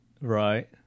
Right